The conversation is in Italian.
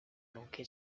nonché